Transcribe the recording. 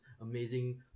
amazing